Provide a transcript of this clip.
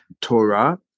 Torah